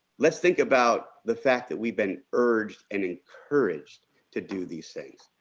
let's think about the fact that we've been urged and encouraged to do these things.